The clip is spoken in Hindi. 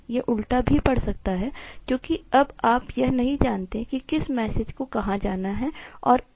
यह उल्टा भी पड़ सकता है क्योंकि अब आप यह नहीं जानते कि किस मैसेज को कहां जाना है और उनके फॉर्मेट क्या है